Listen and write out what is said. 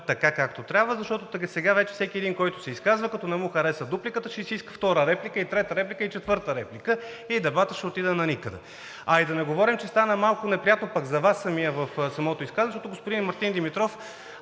така, както трябва, защото сега вече всеки един, който се изказва, като не му хареса дупликата, ще си иска втора реплика, трета реплика, четвърта реплика и дебатът ще отиде наникъде. А да не говорим, че стана малко неприятно за Вас самия в самото изказване, защото на господин Мартин Димитров